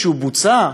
כשהוא בוצע,